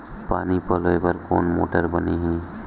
पानी पलोय बर कोन मोटर बने हे?